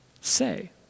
say